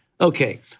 Okay